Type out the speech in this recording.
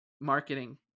marketing